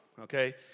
okay